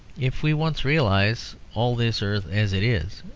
if we once realize all this earth as it is,